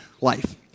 life